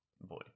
Boy